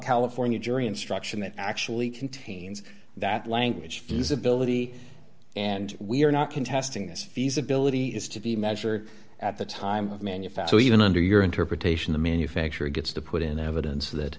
california jury instruction that actually contains that language feasibility and we're not contesting this feasibility is to be measured at the time of manufacture even under your interpretation the manufacturer gets to put in evidence